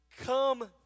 come